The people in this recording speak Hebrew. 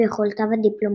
ויכולותיו הדיפלומטיות.